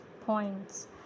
points